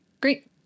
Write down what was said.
great